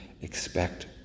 expect